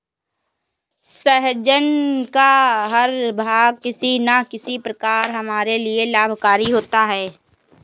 सहजन का हर भाग किसी न किसी प्रकार हमारे लिए लाभकारी होता है